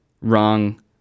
wrong